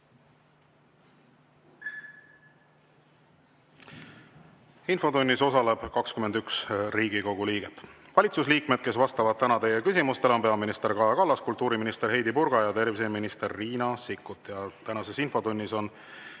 Infotunnis osaleb 21 Riigikogu liiget. Valitsusliikmed, kes vastavad täna teie küsimustele, on peaminister Kaja Kallas, kultuuriminister Heidy Purga ja terviseminister Riina Sikkut. Tänases infotunnis on